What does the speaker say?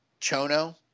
Chono